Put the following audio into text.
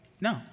No